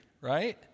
right